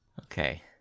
Okay